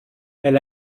elle